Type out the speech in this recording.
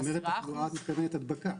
הדבקה.